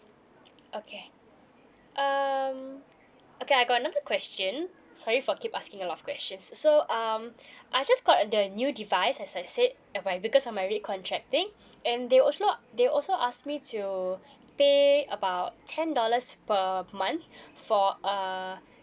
okay um okay I got another question sorry for keep asking a lot of questions so um I just got the new device as I said as I because of my recontracting and they also they also ask me to pay about ten dollars per month for uh